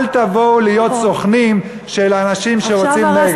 אל תבואו להיות סוכנים של האנשים שרוצים נגד.